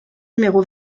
numéro